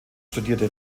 studierte